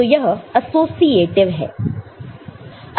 तो यह एसोसिएटीव है